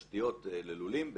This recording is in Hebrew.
תשתיות ללולים,